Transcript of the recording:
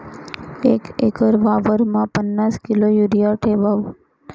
एक एकर वावरमा पन्नास किलो युरिया ठेवात